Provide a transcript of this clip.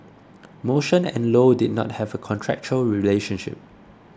Motion and Low did not have a contractual relationship